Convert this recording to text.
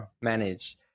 manage